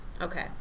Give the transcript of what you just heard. Okay